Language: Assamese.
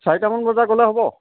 চাৰিটামান বজাত গ'লে হ'ব